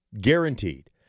Guaranteed